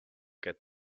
get